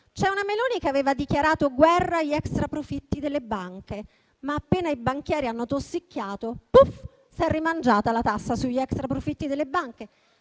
C'è una Meloni che aveva dichiarato guerra agli extraprofitti delle banche, ma, appena i banchieri hanno tossicchiato, s'è rimangiata la tassa sugli extraprofitti delle banche.